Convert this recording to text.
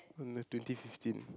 on the twenty fifteen